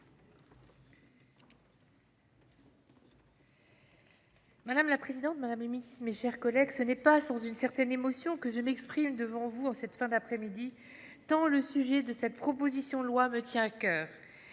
Madame la présidente, madame la ministre, mes chers collègues, ce n'est pas sans une certaine émotion que je m'exprime devant vous en cette fin d'après-midi tant le sujet de cette proposition de loi me tient à coeur.